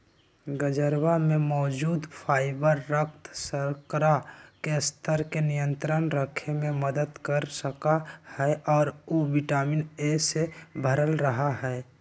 गजरवा में मौजूद फाइबर रक्त शर्करा के स्तर के नियंत्रण रखे में मदद कर सका हई और उ विटामिन ए से भरल रहा हई